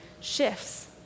shifts